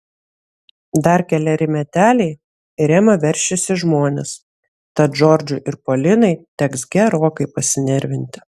dar keleri meteliai ir ema veršis į žmones tad džordžui ir polinai teks gerokai pasinervinti